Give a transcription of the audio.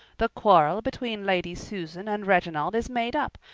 the quarrel between lady susan and reginald is made up,